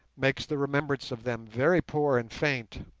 makes the remembrance of them very poor and faint.